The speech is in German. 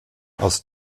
aus